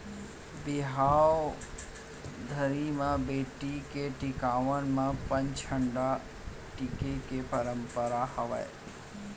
बिहाव घरी म बेटी के टिकावन म पंचहड़ टीके के परंपरा हावय